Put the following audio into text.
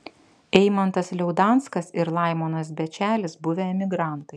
eimantas liaudanskas ir laimonas bečelis buvę emigrantai